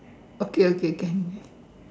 okay okay can can